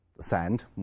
sand